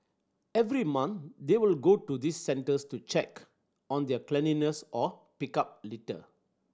every month they would go to these centres to check on their cleanliness or pick up litter